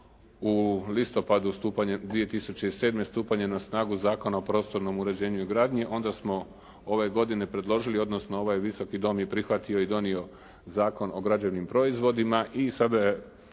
stupanjem, 2007. stupanjem na snagu Zakona o prostornom uređenju i gradnji. Onda smo ove godine predložili odnosno ovaj Visoki dom je prihvatio i donio Zakon o građevnim proizvodima i sada je